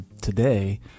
today